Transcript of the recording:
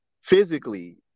physically